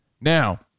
Now